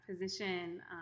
position